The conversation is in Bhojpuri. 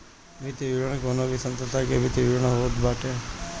वित्तीय विवरण कवनो भी संस्था के वित्तीय विवरण होत बाटे